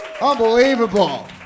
Unbelievable